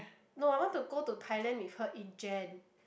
no I want to go to Thailand with her in Jan